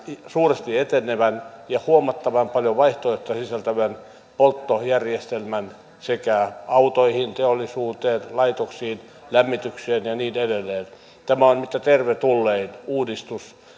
suuresti etenevän ja huomattavan paljon vaihtoehtoja sisältävän polttoainejärjestelmän autoihin teollisuuteen laitoksiin lämmitykseen ja niin edelleen tämä on mitä tervetullein uudistus